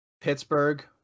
pittsburgh